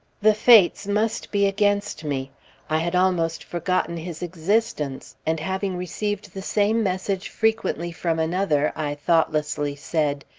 the fates must be against me i had almost forgotten his existence, and having received the same message frequently from another, i thoughtlessly said,